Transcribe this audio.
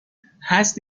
هست